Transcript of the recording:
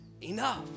enough